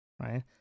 right